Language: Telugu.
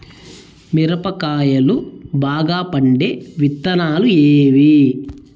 మిరప కాయలు బాగా పండే విత్తనాలు ఏవి